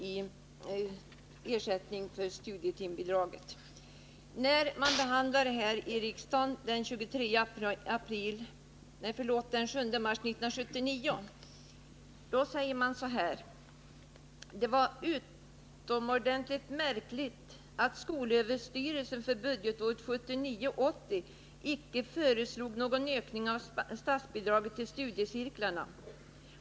i ersättning till studietimbidraget. När kammaren behandlade frågan den 7 mars 1979 sade den nyss citerade talaren: ”Det var utomordentligt märkligt att skolöverstyrelsen för budgetåret 1979/80 icke föreslog någon ökning av statsbidraget till studiecirklarna.